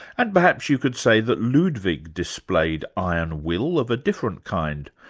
and perhaps you could say that ludwig displayed iron will of a different kind.